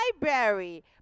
library